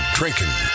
drinking